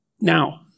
Now